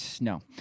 No